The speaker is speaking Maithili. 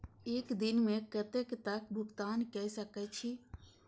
एक दिन में कतेक तक भुगतान कै सके छी